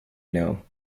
know